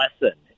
lesson